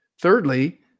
thirdly